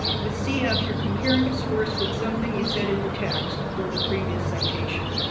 with cf. you're comparing a source with something you said in the text or the previous citation.